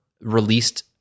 released